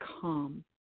calm